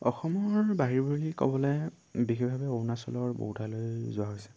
অসমৰ বাহিৰ বুলি ক'বলৈ বিশেষভাৱে অৰুণাচলৰ বহু ঠাইলৈ যোৱা হৈছে